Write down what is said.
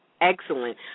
excellent